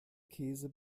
käse